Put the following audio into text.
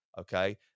Okay